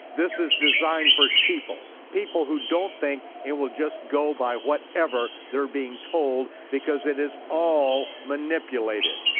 this is designed for sheeple, people who don't think and will just go by whatever they're being told because it is all manipulated.